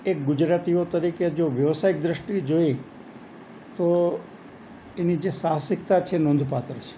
એક ગુજરાતીઓ તરીકે જો વ્યવસાયિક દૃષ્ટિએ જોઈએ તો એની જે સાહસિકતા છે નોંધપાત્ર છે